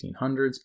1600s